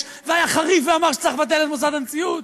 והיה חריף ואמר שצריך לבטל את מוסד הנשיאות.